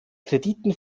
krediten